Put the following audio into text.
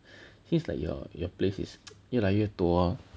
seems like your your place is 越来越多